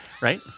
right